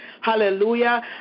hallelujah